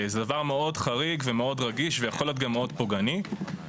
זה דבר חריג מאוד ורגיש מאוד ויכול להיות גם פוגעני מאוד.